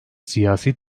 siyasi